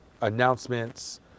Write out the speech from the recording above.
announcements